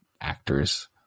actors